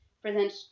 present